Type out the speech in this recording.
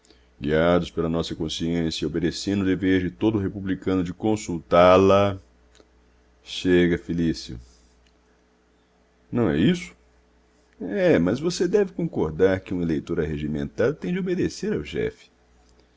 guiados pela nossa consciência e obedecendo o dever de todo republicano de consultá-la chega felício não é isso é mas você deve concordar que um eleitor arregimentado tem de obedecer ao chefe